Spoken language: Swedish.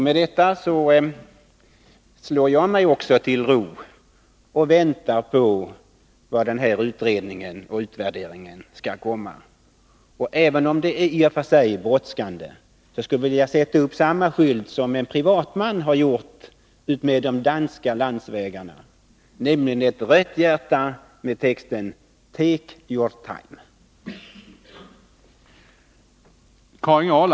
Med detta slår jag mig också till ro och väntar på vad denna utredning och utvärdering skall komma med. Och även om det i och för sig är brådskande, skulle jag vilja sätta upp samma skylt som en privatman har gjort utmed danska vägarna, nämligen ett rött hjärta med texten ”Take your time”.